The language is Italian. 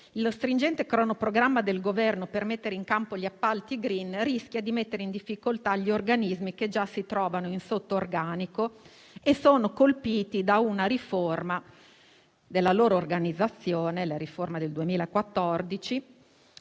lo stringente cronoprogramma del Governo per mettere in campo gli appalti *green* rischia di mettere in difficoltà gli organismi che già si trovano sotto organico e sono colpiti da una riforma della loro organizzazione (quella del 2014)